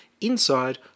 inside